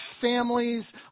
families